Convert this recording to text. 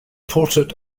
portrait